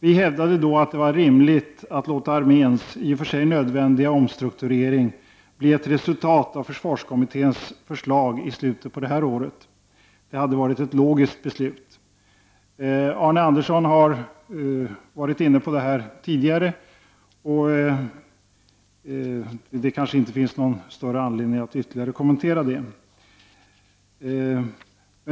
Vi hävdade då att det hade varit rimligt att låta arméns, i och för sig nödvändiga, omstrukturering bli ett resultat av försvarskommitténs förslag i slutet på detta år. Det hade varit ett logiskt beslut. Arne Andersson har varit inne på det här tidigare. Det kanske inte finns någon större anledning att ytterligare kommentera det.